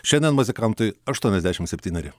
šiandien muzikantui aštuoniasdešimt septyneri